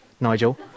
Nigel